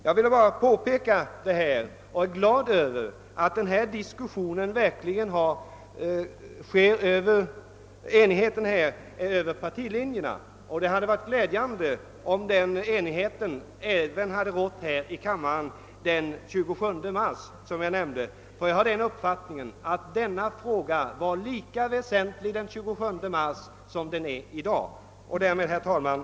Jag är glad över enigheten över partilinjerna men det hade varit glädjande om den enigheten också hade rått här i kammaren den 27 mars. Jag har den uppfattningen att frågan var lika väsentlig då som nu. Herr talman!